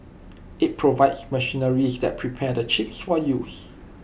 IT provides machinery that prepares the chips for use